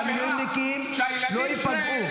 אנחנו דואגים שהמילואימניקים לא ייפגעו.